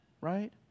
Right